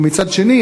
ומצד שני,